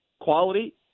quality